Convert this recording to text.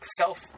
self